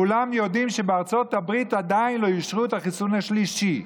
כולם יודעים שבארצות הברית עדיין לא אישרו את החיסון השלישי.